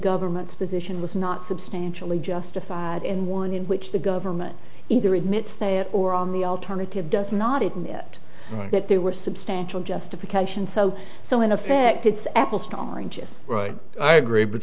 government's position was not substantially justified in one in which the government either admits they have or on the alternative does not admit that they were substantial justification so so in effect it's apples to oranges right i agree but